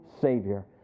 Savior